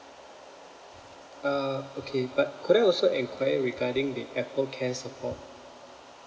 uh okay but could I also enquire regarding the apple care support